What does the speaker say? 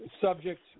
subject